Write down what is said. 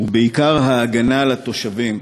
ובעיקר ההגנה על התושבים,